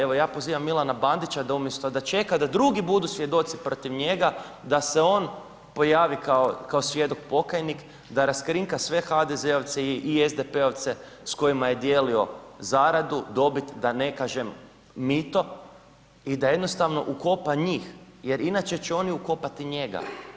Evo ja pozivam Milana Bandića da umjesto da čeka da drugi budu svjedoci protiv njega, da se on pojavi kao svjedok pokajnik, a raskrinka sve HDZ-ovce i SDP-ovce s kojima je dijelio zaradu, dobit, da ne kažem mito i da jednostavno ukopa njih jer inače će oni ukopati njega.